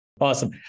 Awesome